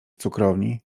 cukrowni